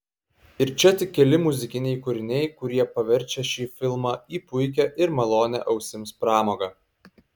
ir čia tik keli muzikiniai kūriniai kurie paverčia šį filmą į puikią ir malonią ausims pramogą